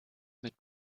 mit